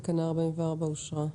תקנה 44 אושרה פה-אחד.